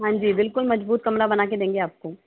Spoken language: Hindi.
हाँ जी बिल्कुल मजबूत कमरा बना के देंगे आपको